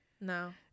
no